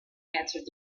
answered